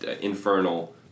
Infernal